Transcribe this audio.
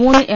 മൂന്ന് എം